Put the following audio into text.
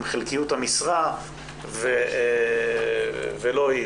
עם חלקיות המשרה ולא היא.